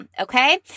Okay